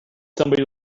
somebody